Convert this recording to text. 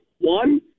One